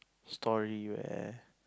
story where